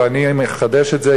לא אני מחדש את זה,